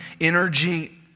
energy